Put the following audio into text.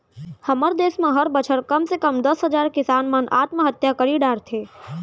हमर देस म हर बछर कम से कम दस हजार किसान मन आत्महत्या करी डरथे